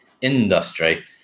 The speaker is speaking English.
industry